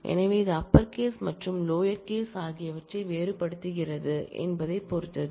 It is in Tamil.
எனவே இது அப்பர் கேஸ் மற்றும் லோயர் கேஸ் ஆகியவற்றை வேறுபடுத்துகிறது என்பதைப் பொறுத்தது